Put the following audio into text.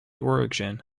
origin